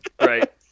right